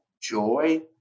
joy